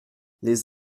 les